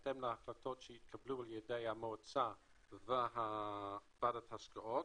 בהתאם להחלטות שיתקבלו על ידי המועצה עם ועדת ההשקעות,